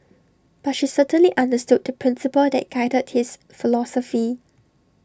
but she certainly understood the principle that guided his philosophy